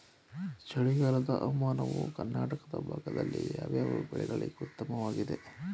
ಚಳಿಗಾಲದ ಹವಾಮಾನವು ಕರ್ನಾಟಕದ ಭಾಗದಲ್ಲಿ ಯಾವ್ಯಾವ ಬೆಳೆಗಳಿಗೆ ಉತ್ತಮವಾಗಿದೆ?